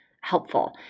helpful